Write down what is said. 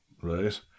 right